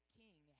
king